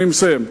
אני מסיים.